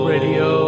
Radio